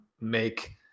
make